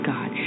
God